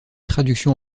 traduction